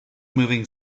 moving